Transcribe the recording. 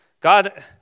God